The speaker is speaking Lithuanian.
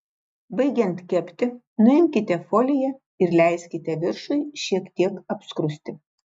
baigiant kepti nuimkite foliją ir leiskite viršui šiek tiek apskrusti